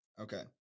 okay